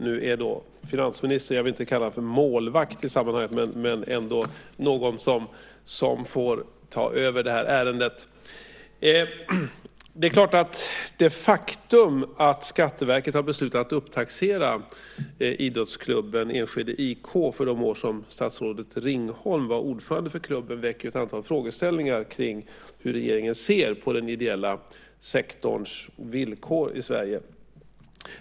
Nu är finansministern inte målvakt i sammanhanget men ändå någon som får ta över ärendet. Det är klart att det faktum att Skatteverket har beslutat att upptaxera idrottsklubben Enskede IK för de år som statsrådet Ringholm var ordförande för klubben väcker ett antal frågor kring hur regeringen ser på den ideella sektorns villkor i Sverige.